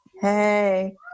hey